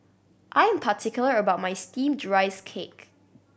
I am particular about my Steamed Rice Cake